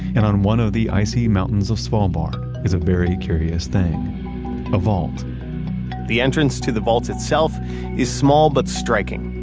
and on one of the icy mountains of svalbard is a very curious thing a vault the entrance to the vault itself is small but striking.